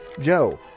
Joe